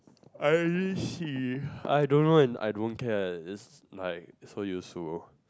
I English C I don't know and I don't care is like so useful